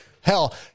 Hell